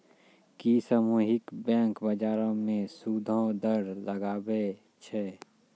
कि सामुहिक बैंक, बजारो पे सूदो दर लगाबै छै?